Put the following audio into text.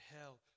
hell